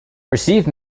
receive